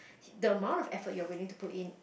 the amount of effort you are willing to put in